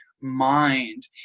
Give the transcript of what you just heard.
mind